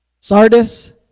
Sardis